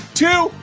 two,